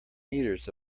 meters